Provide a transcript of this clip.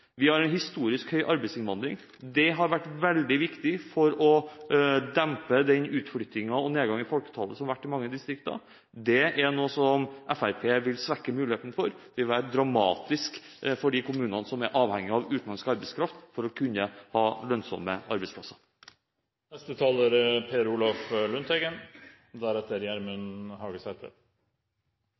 Vi har historisk høy arbeidsinnvandring. Det har vært veldig viktig for å dempe den utflyttingen og nedgangen i folketallet som har vært i mange distrikter. Det er noe som Fremskrittspartiet vil svekke muligheten for. Det vil være dramatisk for de kommunene som er avhengige av utenlandsk arbeidskraft for å kunne ha lønnsomme